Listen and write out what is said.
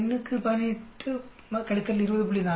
பெண்ணுக்கு 18 20